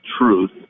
truth